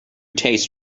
taste